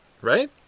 right